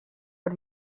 per